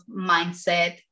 mindset